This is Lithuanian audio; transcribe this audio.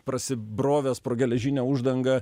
prasibrovęs pro geležinę uždangą